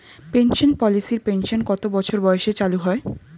Pension পলিসির pension কত বছর বয়সে চালু হয়?